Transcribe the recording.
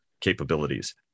capabilities